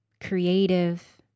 creative